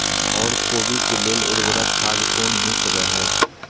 ओर कोबी के लेल उर्वरक खाद कोन नीक रहैत?